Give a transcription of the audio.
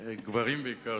יש גברים בעיקר,